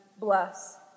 bless